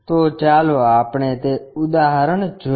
તો ચાલો આપણે તે ઉદાહરણ જોઈએ